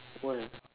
why ah